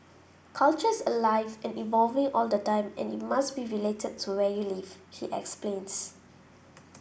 culture's alive and evolving all the time and it must be related to where you live he explains